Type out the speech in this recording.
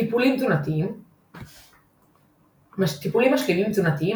טיפולים תזונתיים טיפולים משלימים תזונתיים